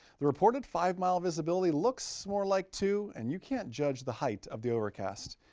the reported five-mile visibility looks more like two and you can't judge the height of the overcast.